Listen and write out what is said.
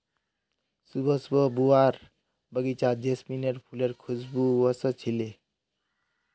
सुबह सुबह बुआर बगीचात जैस्मीनेर फुलेर खुशबू व स छिले